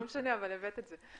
לא משנה, אבל הבאת את זה.